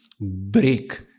break